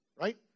right